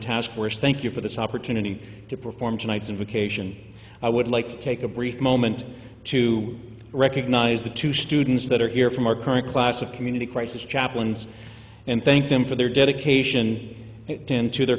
task force thank you for this opportunity to perform tonight's invocation i would like to take a brief moment to recognize the two students that are here from our current class of community crisis chaplains and thank them for their dedication it into the